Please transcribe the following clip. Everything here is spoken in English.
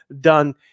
done